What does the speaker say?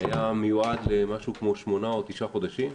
היה מיועד למשהו כמו שמונה או תשעה חודשים,